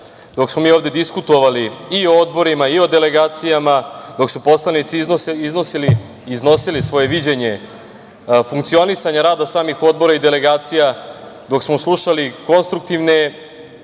dok smo mi ovde diskutovali i o odborima i o delegacijama, dok su poslanici iznosili svoje viđenje funkcionisanja rada samih odbora i delegacija, dok smo slušali konstruktivne